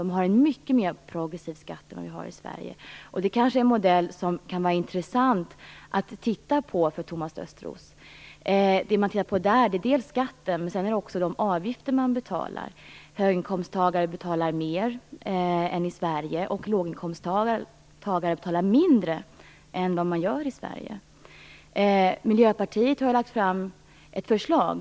Där har man ett mycket mer progressivt skattesystem än det vi har i Sverige, och den modellen kanske kan vara intressant att titta på för Thomas Östros. Det man tittar på där är dels skatten, dels de avgifter man betalar: Höginkomsttagare betalar mer än i Sverige och låginkomsttagare betalar mindre än i Sverige. Miljöpartiet har lagt fram ett förslag.